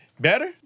better